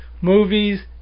movies